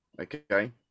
Okay